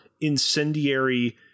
incendiary